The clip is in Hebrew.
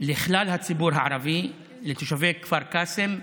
לכלל הציבור הערבי, לתושבי כפר קאסם,